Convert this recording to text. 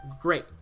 great